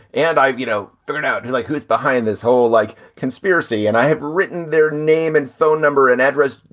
and i've, you know, turn out. he's like, who's behind this whole, like, conspiracy? and i have written their name and phone number and address